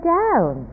down